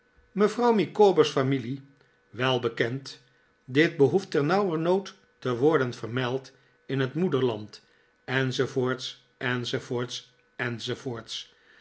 mevrouw micawber's familie welbekend dit behoeft ternauwernood te worden vermeld in het moederland enz